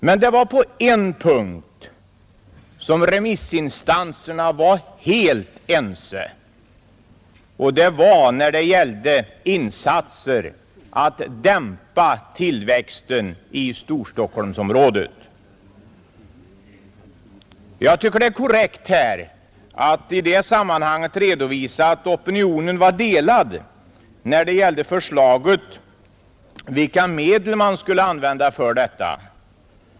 Men på en punkt var remissinstanserna helt ense och den gällde insatser för att dämpa tillväxten i Storstockholmsområdet. Jag tycker det är korrekt att redovisa att opinionen var delad när det gällde vilka medel man skulle använda för detta.